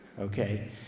Okay